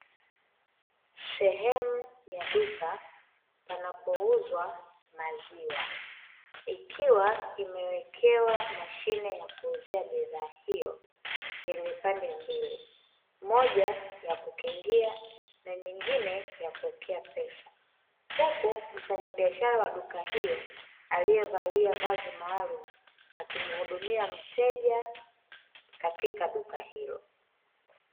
Sehemu ya duka panapouzwa maziwa, ikiwa imewekewa mashine ya kuuzia bidhaa hiyo yenye pande mbili, moja ya kukingia na nyingine ya kuwekea pesa, huku mfanyabiashara wa duka hiyo aliyevalia vazi maalum akimhudumia mteja katika duka hilo.